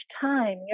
time